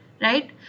right